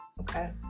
Okay